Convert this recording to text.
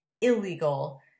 illegal